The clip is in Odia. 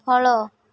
ଫଳ